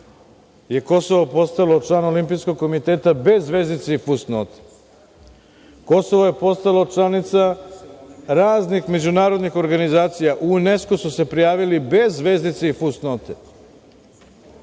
je Kosovo postalo član Olimpijskog komiteta bez zvezdica i fusnota. Kosovo je postalo članica raznih međunarodnih organizacija. U UNESKO su se prijavili bez zvezdice i fusnote. Prema